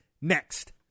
next